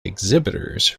exhibitors